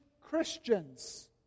Christians